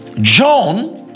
John